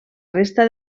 resta